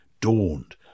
dawned